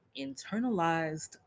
internalized